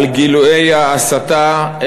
על גילויי ההסתה,